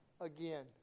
Again